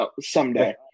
someday